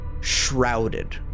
shrouded